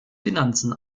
finanzen